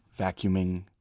vacuuming